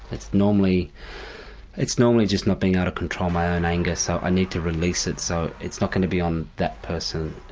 it's normally it's normally just not being able ah to control my own anger, so i need to release it. so it's not going to be on that person,